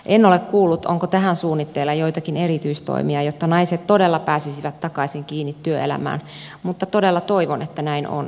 en ole kuullut onko tähän suunnitteilla joitakin erityistoimia jotta naiset todella pääsisivät takaisin kiinni työelämään mutta todella toivon että näin on